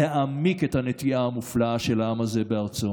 להעמיק את הנטיעה המופלאה של העם הזה בארצו.